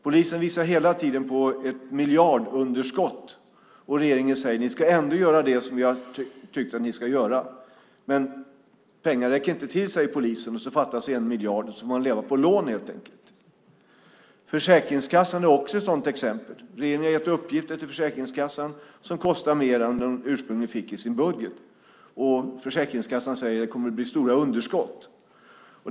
Polisen visar hela tiden på ett miljardunderskott. Regeringen säger att polisen ändå ska göra det som regeringen anser att polisen ska göra. Men polisen säger att pengarna inte räcker till. Det fattas 1 miljard, och man får leva på lån. Försäkringskassan är också ett sådant exempel. Regeringen har gett uppgifter till Försäkringskassan som kostar mer att utföra än vad man ursprungligen fick i sin budget. Försäkringskassan säger att det kommer att bli stora underskott.